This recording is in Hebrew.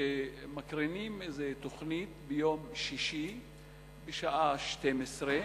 שמשדרים איזו תוכנית ביום שישי בשעה 12:00,